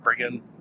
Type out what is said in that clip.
friggin